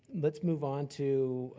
let's move on to